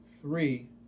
three